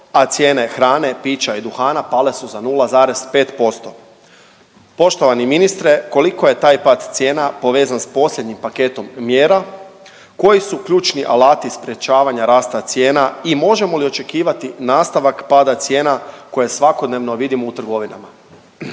a cijene hrane, pića i duhana pale su za 0,5%. Poštovani ministre, koliko je taj pad cijena povezan s posljednjim paketom mjera, koji su ključni alati sprječavanja rasta cijena i možemo li očekivati nastavak pada cijena koje svakodnevno vidimo u trgovinama?